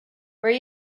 where